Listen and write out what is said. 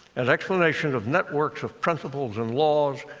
an explanation of networks, of principles and laws.